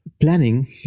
planning